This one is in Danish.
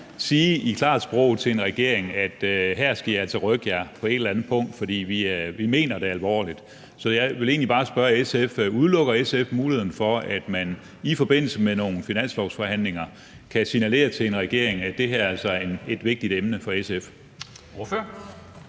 sige i klart sprog til en regering: Her skal I altså rykke jer på et eller andet punkt, fordi vi mener det alvorligt. Så jeg vil egentlig bare spørge SF: Udelukker SF muligheden for, at man i forbindelse med nogle finanslovsforhandlinger kan signalere til en regering, at det her altså er et vigtigt emne for SF? Kl.